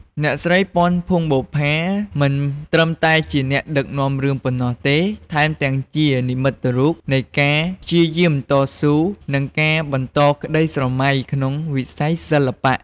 អ្នកស្រី ពាន់ ភួងបុប្ផា មិនត្រឹមតែជាអ្នកដឹកនាំរឿងប៉ុណ្ណោះទេ ថែមទាំងជា និមិត្តរូប នៃការព្យាយាម តស៊ូ និងការបន្តក្តីស្រមៃក្នុងវិស័យសិល្បៈ។